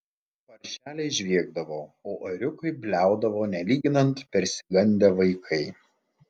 paršeliai žviegdavo o ėriukai bliaudavo nelyginant persigandę vaikai